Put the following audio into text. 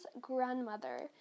grandmother